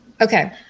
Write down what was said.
okay